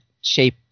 shape